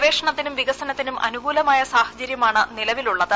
ഗവേഷണത്തിനും വികസനത്തിനും അനുകൂലമായ സാഹചര്യമാണ് നിലവിലുള്ളത്